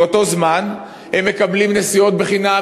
ובאותו זמן הם מקבלים נסיעות חינם.